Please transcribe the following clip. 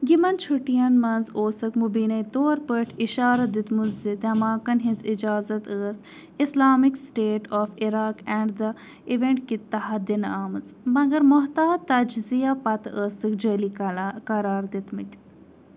یِمَن چھُٹیَن منٛز اوسُکھ مُبیٖنَے طور پٲٹھۍ اِشارٕ دیُتمُت زِ دھماکَن ہٕنٛز اِجازت ٲس Islamic State of Iraq and the Levant کہِ تحَت دِنہٕ آمٕژ مگر محتاط تجزِیہ پتہٕ أسٕکھ جعٲلی قلا قرار دِتمٕتۍ